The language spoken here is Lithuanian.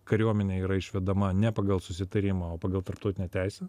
kariuomenė yra išvedama ne pagal susitarimą o pagal tarptautinę teisę